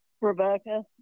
Rebecca